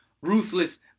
ruthless